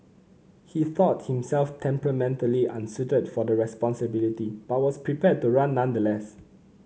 he thought himself temperamentally unsuited for the responsibility but was prepared to run nonetheless